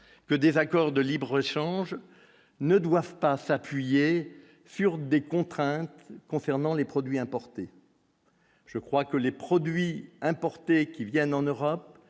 que des accords de libre échange ne doivent parce appuyée sur des contraintes concernant les produits importés. Je crois que les produits importés qui viennent en Europe